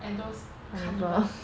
at those carnivals